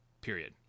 period